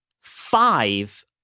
five